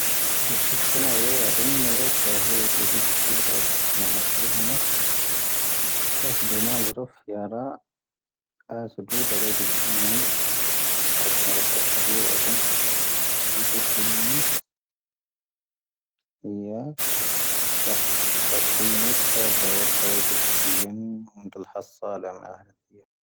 ⵏⵉⵙⵀⵉⵙⵀ ⴽⴰⵏⴰ ⵀⴻⵡ ⴰⴷⵓⵎ ⵎⴰⵏⴻⴽⴰⵡ ⵀⴻⵡ ⴳⴻⴷⵉ ⵙⵓⴷⵓ ⴰⵣⴰⴼ ⵎⴰⵀⴰⵙⵉⵢⴰⵏ ⵏⴰ. ⴰⵣⴰ ⴷⵓⵏⴰ ⴰⴳⵔoⴼ ⵢⴰ ⵔⴰ ⴰⵣⴰ ⴷⵓⴷⴰ ⵔⴻⴷⴻⴳⵉⵢⴰⵏ. ⵓⵜⵜⴻⵜⵜⴻⵜ ⵏⴰ ⵔⴰⵜⴰⴼⵀⴰ ⴷⵉ ⵢⴰⵡ ⴰⴷⵓⵏⴽⵓⵜ ⵜⵓⴽⵙoⴼ ⴷⵓⴷⴻⵜ ⴱⵉⵏⵉⵏⵉⵜ. ⵀⴻⵡ ⵢⴰⴽ. ⵜⴰⴽⵜⴰ ⵇⴻⴻⵎⴻⵜ ⵙⴰⴰⴷ ⵀⴰⵡⴰ ⴷⴷⴰ ⵔⴻⴷⴻⴳⵉⵢⴰⵏ. oⵏⴷⵉⵍ ⵀⴰⵙⴰ ⴰⵍⴰ ⵎⴰⵀⴰⵙⵉⵢⴰⵏ.